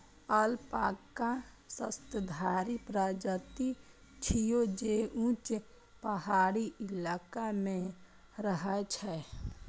alpaca स्तनधारी प्रजाति छियै, जे ऊंच पहाड़ी इलाका मे रहै छै